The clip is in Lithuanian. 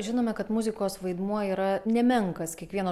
žinome kad muzikos vaidmuo yra nemenkas kiekvieno